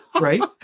Right